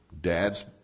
dad's